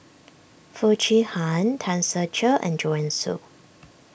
Foo Chee Han Tan Ser Cher and Joanne Soo